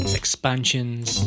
expansions